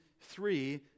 three